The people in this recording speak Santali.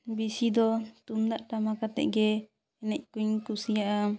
ᱵᱮᱥᱤ ᱫᱚ ᱛᱩᱢᱫᱟᱜ ᱴᱟᱢᱟᱠ ᱟᱛᱮᱫ ᱜᱮ ᱮᱱᱮᱡ ᱠᱚᱧ ᱠᱩᱥᱤᱭᱟᱜᱼᱟ